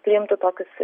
priimtų tokius